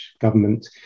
government